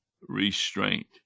restraint